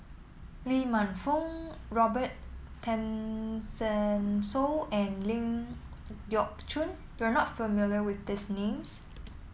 Lee Man Fong Robin Tessensohn and Ling Geok Choon you are not familiar with these names